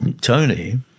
Tony